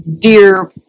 dear